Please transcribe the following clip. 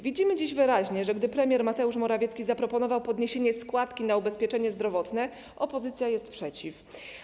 Widzimy wyraźnie, że gdy premier Mateusz Morawiecki proponuje podniesienie składki na ubezpieczenie zdrowotne, opozycja jest przeciw.